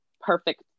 perfect